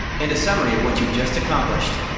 and a summary of what you just accomplished.